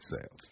sales